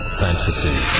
fantasy